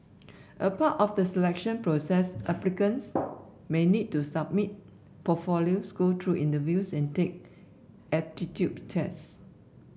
a part of the selection process applicants may need to submit portfolios go through interviews and take aptitude tests